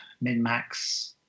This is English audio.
min-max